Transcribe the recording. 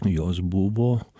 jos buvo